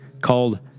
called